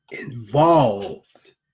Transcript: involved